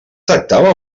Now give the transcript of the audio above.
tractava